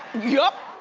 yup,